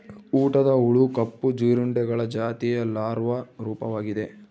ಊಟದ ಹುಳು ಕಪ್ಪು ಜೀರುಂಡೆಗಳ ಜಾತಿಯ ಲಾರ್ವಾ ರೂಪವಾಗಿದೆ